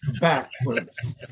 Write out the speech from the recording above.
backwards